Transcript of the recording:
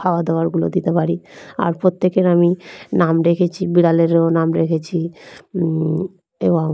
খাবার দাবারগুলো দিতে পারি আর প্রত্যেকের আমি নাম রেখেছি বিড়ালেরও নাম রেখেছি এবং